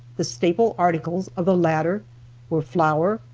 the staple articles of the latter were flour,